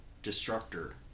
Destructor